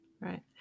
right